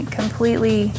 completely